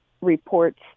reports